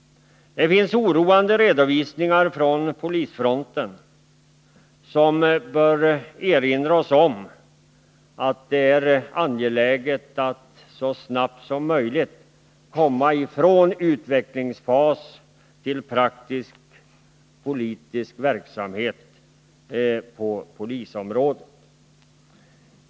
Det finns oroande redovisningar från polisfronten, som bör erinra oss om att det är angeläget att så snabbt som möjligt komma ifrån utvecklingsfas till praktisk politisk verksamhet på polisområdet.